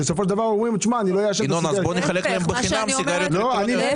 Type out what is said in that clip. אז בוא נחלק להם סיגריות בחינם.